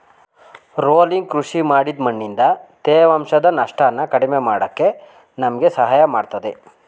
rolling ಕೃಷಿ ಮಾಡಿದ್ ಮಣ್ಣಿಂದ ತೇವಾಂಶದ ನಷ್ಟನ ಕಡಿಮೆ ಮಾಡಕೆ ನಮ್ಗೆ ಸಹಾಯ ಮಾಡ್ತದೆ